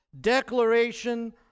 declaration